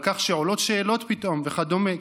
על כך שעולות שאלות פתאום וכדומה,